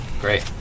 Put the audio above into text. great